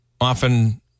often